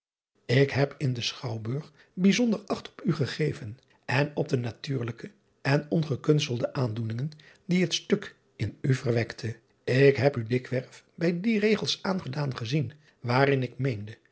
k heb in den chouwburg bijzonder acht op u gegeven en op de natuurlijke en ongekunstelde aandoeningen die het stuk in u verwekte k heb u dikwerf bij die regels aangedaan gezien waarin ik meende